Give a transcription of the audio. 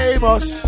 Amos